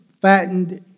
fattened